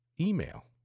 email